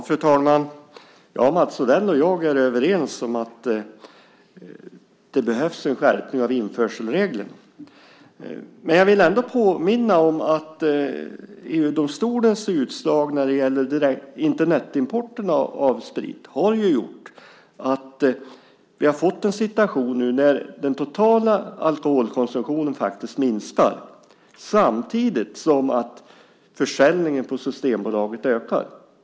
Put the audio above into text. Fru talman! Mats Odell och jag är överens om att det behövs en skärpning av införselreglerna. Men jag vill ändå påminna om att EU-domstolens utslag när det gäller Internetimporten av sprit har gjort att vi har fått en situation där den totala alkoholkonsumtionen faktiskt minskar samtidigt som försäljningen på Systembolaget ökar.